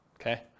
okay